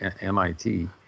MIT